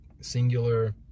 singular